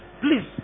please